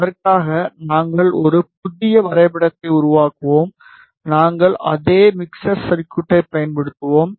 அதற்காக நாங்கள் ஒரு புதிய வரைபடத்தை உருவாக்குவோம் நாங்கள் அதே மிக்சர் சர்குய்டை பயன்படுத்துவோம்